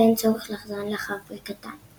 ואין צורך להחזירן לאחר פריקתן.